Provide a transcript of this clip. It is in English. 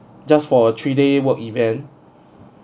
just for a three day work event